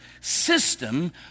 system